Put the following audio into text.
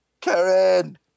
Karen